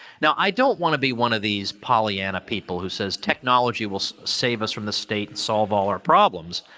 now i don't want to be one of these pollyanna people who says technology will save us from the state solve all our problems,